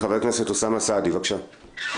חבר הכנסת אוסאמה סעדי, בבקשה.